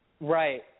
Right